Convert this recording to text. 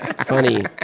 Funny